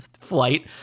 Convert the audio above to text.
flight